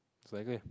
it's like that